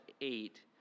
eight